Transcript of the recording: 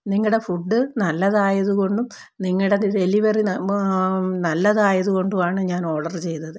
നിങ്ങളുടെ ഫുഡ് നല്ലതായതു കൊണ്ടും നിങ്ങളുടെ ഡെലിവറി നല്ലതായതു കൊണ്ടാണ് ഞാനോഡർ ചെയ്തത്